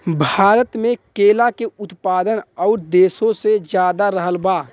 भारत मे केला के उत्पादन और देशो से ज्यादा रहल बा